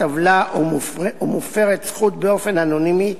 עוולה או מופרת זכות באופן אנונימי,